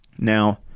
Now